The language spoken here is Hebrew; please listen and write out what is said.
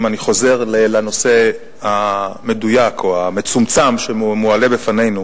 אם אני חוזר לנושא המדויק או המצומצם שמועלה בפנינו,